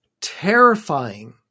terrifying